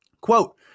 Quote